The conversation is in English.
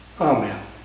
Amen